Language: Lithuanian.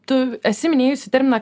tu esi minėjusi terminą